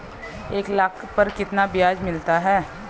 एक लाख पर कितना ब्याज मिलता है?